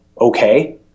okay